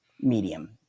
medium